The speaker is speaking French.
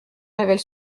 révèle